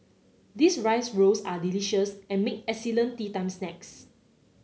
these rice rolls are delicious and make excellent teatime snacks